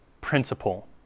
principle